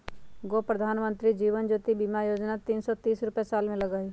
गो प्रधानमंत्री जीवन ज्योति बीमा योजना है तीन सौ तीस रुपए साल में लगहई?